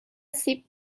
سیب